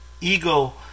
ego